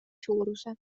suuruse